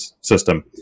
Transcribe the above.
system